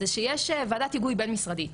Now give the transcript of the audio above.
זה שיש ועדת היגוי בין משרדית.